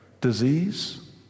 disease